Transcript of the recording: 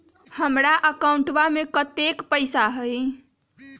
हमार अकाउंटवा में कतेइक पैसा हई?